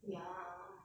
ya